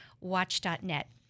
watch.net